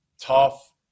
Tough